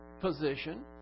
position